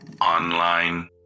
online